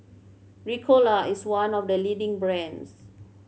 Ricola is one of the leading brands